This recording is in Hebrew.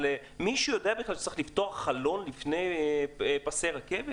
מישהו יודע בכלל שצריך לפתוח חלון לפני פסי רכבת?